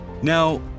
Now